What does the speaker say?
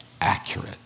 accurate